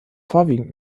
vorwiegend